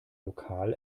lokal